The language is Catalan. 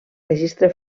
registre